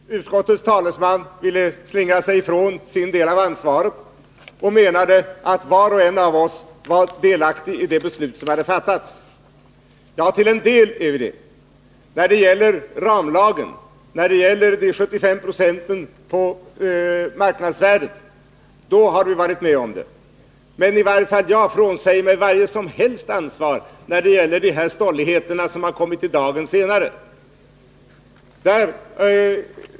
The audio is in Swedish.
Fru talman! Utskottets talesman ville slingra sig från sin del av ansvaret och menade att var och en av oss var delaktig i det beslut som hade fattats. Till en del är vi det: Vi var med om att besluta om ramlagen och om att taxeringvärdena skall fastställas till 75 26 av marknadsvärdena. Men i varje fall jag frånsäger mig varje som helst ansvar när det gäller de stolligheter som kommit i dagen senare.